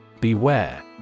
Beware